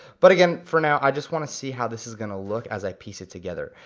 but again for now i just wanna see how this is gonna look as i piece it together.